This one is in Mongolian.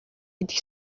идэх